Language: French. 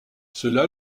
cela